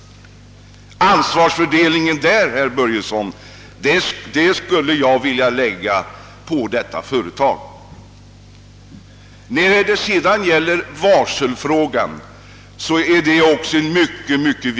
I detta fall skulle jag alltså, herr Börjesson, vilja lägga ansvaret på företaget.